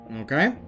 okay